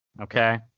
okay